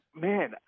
man